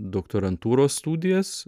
doktorantūros studijas